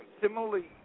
similarly